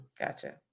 Gotcha